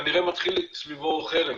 כנראה מתחיל סביבו חרם.